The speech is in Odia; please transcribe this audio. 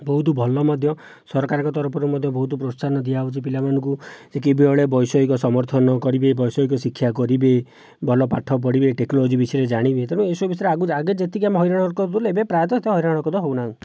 ବହୁତ ଭଲ ମଧ୍ୟ ସରକାରଙ୍କ ତରଫରୁ ମଧ୍ୟ ବହୁତ ପ୍ରୋତ୍ସାହନ ଦିଆହେଉଛି ପିଲାମାନଙ୍କୁ ସେ କିଭଳି ବୈଷୟିକ ସମର୍ଥନ କରିବେ ବୈଷୟିକ ଶିକ୍ଷା କରିବେ ଭଲ ପାଠ ପଢ଼ିବେ ଟେକ୍ନୋଲୋଜି ବିଷୟରେ ଜାଣିବେ ତେଣୁ ଏହି ସବୁ ବିଷୟରେ ଆଗରୁ ଆଗେ ଯେତିକି ଆମେ ହଇରାଣ ହରକତ ହେଉଥିଲୁ ଏବେ ପ୍ରାୟତଃ ସେତେ ହଇରାଣ ହରକତ ହେଉନାହୁଁ